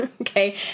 okay